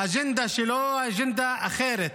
האג'נדה שלו היא אג'נדה אחרת,